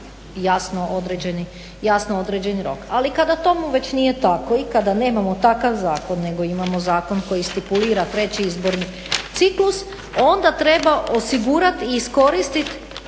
jasno određeni rok. Ali kada tomu već nije tako i kada nemamo takav zakon nego imamo zakon koji stipulira treći izborni ciklus onda treba osigurati i iskoristiti